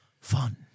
fun